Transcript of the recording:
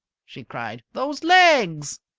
she cried. those legs!